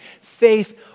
Faith